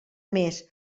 mes